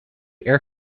air